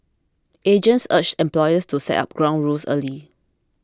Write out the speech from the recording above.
agents urged employers to set up ground rules early